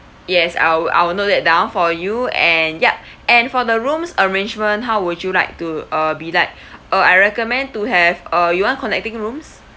yes I will I will note that down for you and yup and for the rooms arrangement how would you like to uh be like uh I recommend to have uh you want connecting rooms